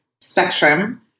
spectrum